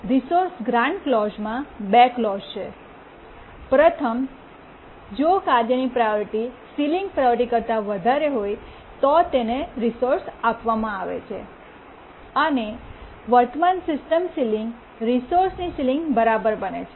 resource grant clause માં બે clause છે પ્રથમ તો જો કાર્યની પ્રાયોરિટી સીલીંગ પ્રાયોરિટી કરતા વધારે હોય તો તેને રિસોર્સ આપવામાં આવે છે અને વર્તમાન સિસ્ટમની સીલીંગ રિસોર્સની સીલીંગ બરાબર બને છે